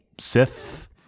Sith